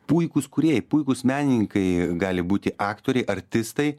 puikūs kūrėjai puikūs menininkai gali būti aktoriai artistai